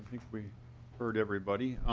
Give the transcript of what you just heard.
we heard everybody.